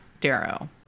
Darrow